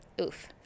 Oof